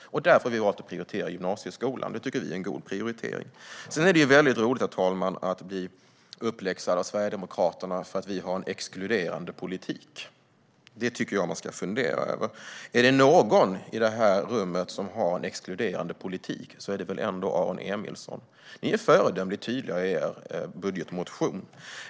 Därför har vi valt att prioritera gymnasieskolan, och det tycker vi är en god prioritering. Sedan är det roligt, herr talman, att bli uppläxad av Sverigedemokraterna för att vi har en exkluderande politik. Det är något att fundera över. Om någon i denna sal har en exkluderande politik är det väl ändå Aron Emilsson. Sverigedemokraterna är föredömligt tydliga i sin budgetmotion.